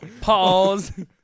Pause